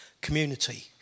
community